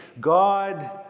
God